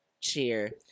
cheer